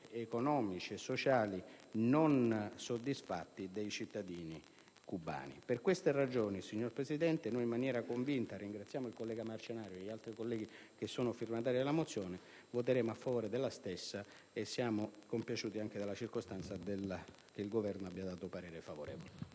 economici e sociali non soddisfatti dei cittadini cubani. Per queste ragioni, signor Presidente, in maniera convinta ringraziamo il collega Marcenaro e gli altri colleghi firmatari della mozione n. 104 e voteremo a favore della stessa. Siamo compiaciuti anche della circostanza che il Governo abbia espresso parere favorevole.